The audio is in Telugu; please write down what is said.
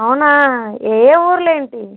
అవునా ఏ ఏ ఊర్లేంటి